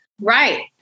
Right